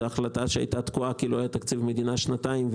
זו החלטה שהיתה תקועה כי לא היה תקציב מדינה שנתיים.